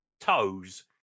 toes